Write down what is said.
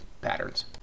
patterns